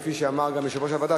כפי שאמר גם יושב-ראש הוועדה,